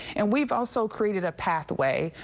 and we've also created a pathway.